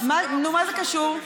נו, מה זה קשור?